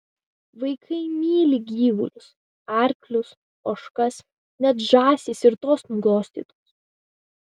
vaikai myli gyvulius arklius ožkas net žąsys ir tos nuglostytos